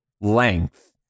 length